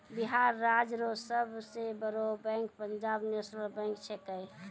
बिहार राज्य रो सब से बड़ो बैंक पंजाब नेशनल बैंक छैकै